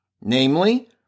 namely